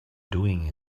doing